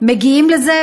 מגיעים לזה,